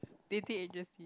dating agency